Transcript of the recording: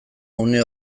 une